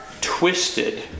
twisted